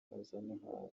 mpuzamahanga